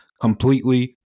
Completely